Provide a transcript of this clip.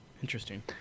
Interesting